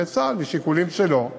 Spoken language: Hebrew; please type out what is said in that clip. וצה"ל, משיקולים שלו,